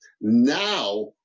Now